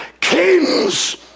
kings